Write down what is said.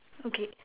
okay